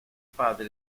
padre